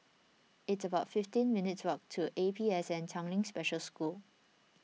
it's about fifteen minutes' walk to APSN Tanglin Special School